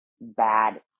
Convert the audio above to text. bad